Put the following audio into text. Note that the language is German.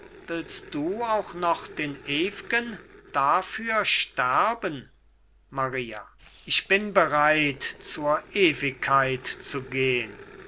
willst du auch noch den ew'gen dafür sterben maria ich bin bereit zur ewigkeit zu gehn